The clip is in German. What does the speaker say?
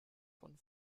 von